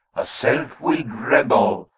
a self-willed rebel,